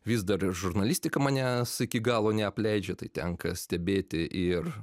vis dar ir žurnalistika manęs iki galo neapleidžia tai tenka stebėti ir